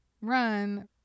run